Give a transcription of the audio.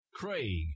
Craig